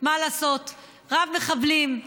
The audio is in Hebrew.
מה לעשות, רב-מחבלים,